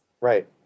Right